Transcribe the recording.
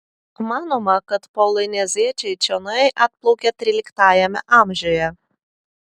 manoma kad polineziečiai čionai atplaukė tryliktajame amžiuje